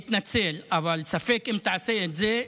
להתנצל, אבל ספק אם תעשה את זה.